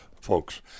folks